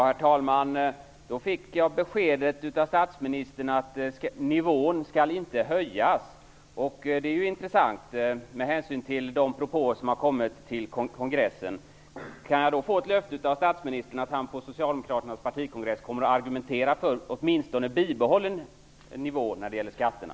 Herr talman! Jag fick det beskedet av statsministern att nivån inte skall höjas, och det är ju intressant med hänsyn till de propåer som har kommit till kongressen. Kan jag då få ett löfte av statsministern att han på socialdemokraternas partikongress kommer att argumentera för åtminstone bibehållen nivå när det gäller skatterna?